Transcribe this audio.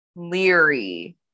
Leery